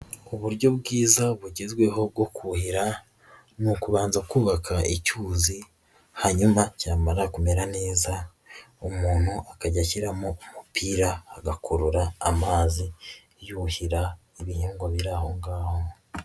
Uburyo bwiza bugezweho bwo kuhira ni ukubanza kubaka icyuzi hanyuma cyamara kumera neza umuntu akajya ashyiramo umupira agakurura amazi yuhira ibihingwa biri aho ngaho.